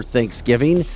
Thanksgiving